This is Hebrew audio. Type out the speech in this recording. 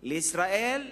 לישראל,